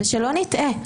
שלא נטעה,